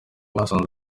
basanze